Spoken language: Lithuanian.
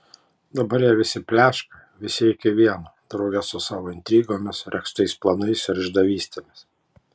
dabar jie visi pleška visi iki vieno drauge su savo intrigomis regztais planais ir išdavystėmis